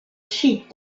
sheep